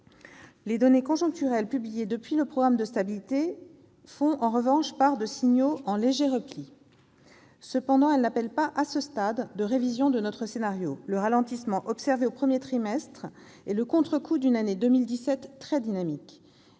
Les données conjoncturelles publiées depuis l'élaboration du programme de stabilité font cependant état de signaux en léger repli. Cependant, elles n'appellent pas à ce stade de révision de notre scénario. Le ralentissement observé au premier trimestre est le contrecoup d'une année 2017 très dynamique.